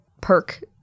perk